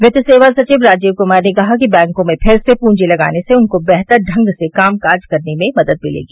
वित्तीय सेवा सचिव राजीव कुमार ने कहा कि बैंकों में फिर से पूंजी लगाने से उनको बेहतर ढंग से कामकाज करने में मदद मिलेगी